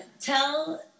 tell